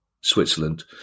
Switzerland